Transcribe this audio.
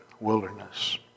wilderness